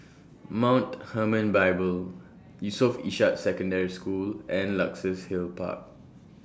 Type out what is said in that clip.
Mount Hermon Bible Yusof Ishak Secondary School and Luxus Hill Park